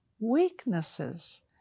weaknesses